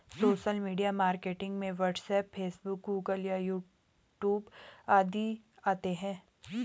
social media marketing में WhatsApp Facebook Google YouTube आदि आते है